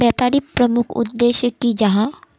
व्यापारी प्रमुख उद्देश्य की जाहा?